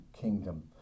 kingdom